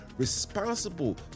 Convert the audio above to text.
responsible